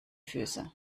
füße